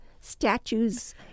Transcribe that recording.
statues